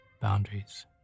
boundaries